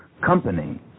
company